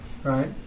Right